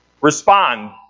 respond